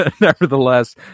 nevertheless